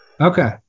Okay